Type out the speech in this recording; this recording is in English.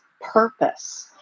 purpose